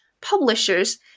publishers